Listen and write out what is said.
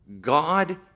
God